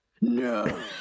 No